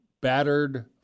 battered